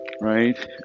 right